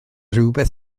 rywbeth